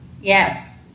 Yes